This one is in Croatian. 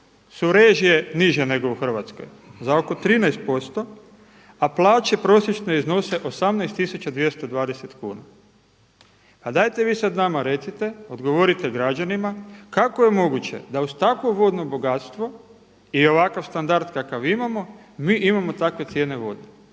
su režije niže nego u Hrvatskoj za oko 13% a plaće prosječno iznose 18 220 kuna. Pa dajte vi sad nama recite, odgovorite građanima kako je moguće da uz takvo vodno bogatstvo i ovakav standard kakav imamo mi imamo takve cijene vode?